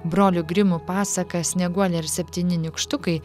brolių grimų pasaka snieguolė ir septyni nykštukai